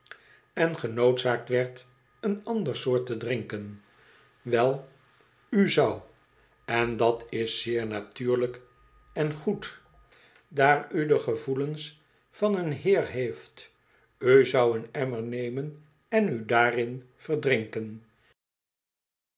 en genoodzaakt werd een ander soort te drinken wel u zou en dat is zeer natuurlijk en goed daar u de gevoelens van een heer heeft u zou een emmer nemen en u daarin verdrinken